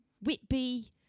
Whitby